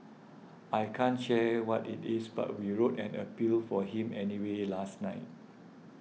I can't share what it is but we wrote an appeal for him anyway last night